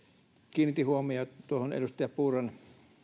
kiinnitin huomiota tuohon edustaja purran